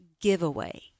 giveaway